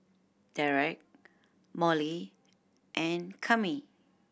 Derrek Molly and Kami